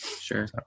Sure